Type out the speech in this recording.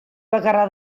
bakarra